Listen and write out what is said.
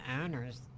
owners